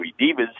divas